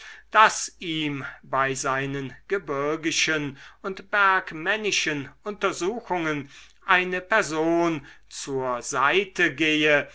daß ihm bei seinen gebirgischen und bergmännischen untersuchungen eine person zur seite gehe